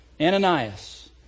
Ananias